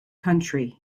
country